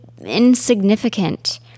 insignificant